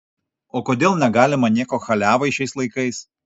o kodėl negalima nieko chaliavai šiais laikais